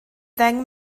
ddeng